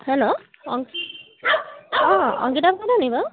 hello অঁ অংকিতা বাৰু